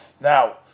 Now